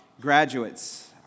graduates